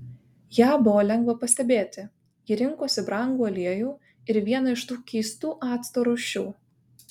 ją buvo lengva pastebėti ji rinkosi brangų aliejų ir vieną iš tų keistų acto rūšių